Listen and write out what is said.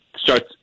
starts